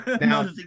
Now